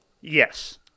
Yes